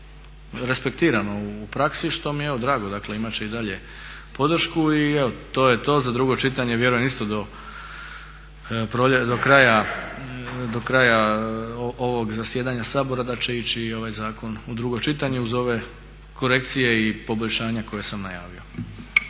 respektirano u praksi, što mi je evo drago, dakle imati će i dalje podršku. I evo, to je to, za drugo čitanje vjerujem isto do kraja ovog zasjedanja Sabora da će ići i ovaj zakon u drugo čitanje uz ove korekcije i poboljšanja koja sam najavio.